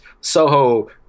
Soho